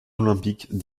olympiques